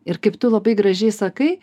ir kaip tu labai gražiai sakai